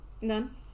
None